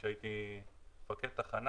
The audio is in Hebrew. עת הייתי מפקד תחנה